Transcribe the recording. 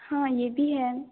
हाँ ये भी है